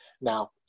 Now